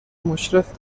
مشرف